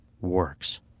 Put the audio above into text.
works